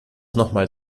nochmal